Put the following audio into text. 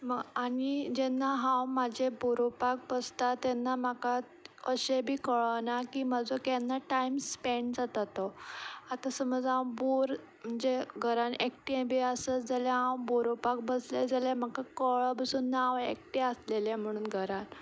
आनी जेन्ना हांव म्हजें बरोवपाक बसता तेन्ना म्हाका अशें बी कळना की म्हजो केन्ना टायम स्पँड जाता तो आतां समज हांव बोर म्हणजे घरान एकटें बी आसत जाल्यार हांव बरोवपाक बसलें जाल्यार म्हाका कळ पसून ना हांव एकटें आसलेलें म्हूणन घरान